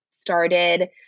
started